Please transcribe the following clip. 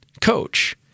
coach